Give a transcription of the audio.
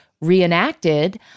reenacted